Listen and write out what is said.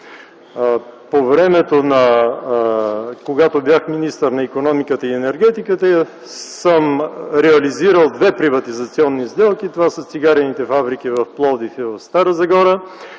По времето, когато бях министър на икономиката и енергетиката съм реализирал две приватизационни сделки - цигарените фабрики в Пловдив и в Стара Загора.